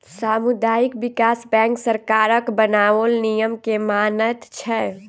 सामुदायिक विकास बैंक सरकारक बनाओल नियम के मानैत छै